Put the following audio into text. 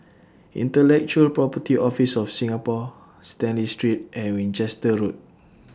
Intellectual Property Office of Singapore Stanley Street and Winchester Road